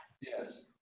Yes